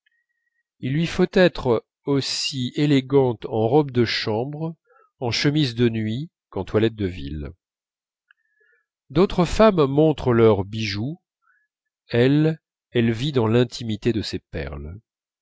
il lui faut être aussi élégante en robe de chambre en chemise de nuit qu'en toilette de ville d'autres femmes montrent leurs bijoux elle elle vit dans l'intimité de ses perles